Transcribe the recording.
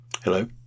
Hello